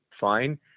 fine